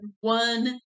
one